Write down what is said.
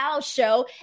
show